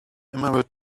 emerald